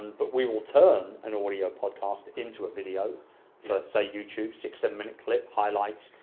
but we will turn an audio podcast into a video for say, youtube, six, seven minute clip. highlights,